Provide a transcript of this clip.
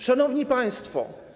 Szanowni Państwo!